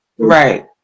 Right